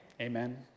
Amen